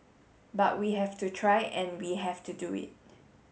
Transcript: but we have to try and we have to do it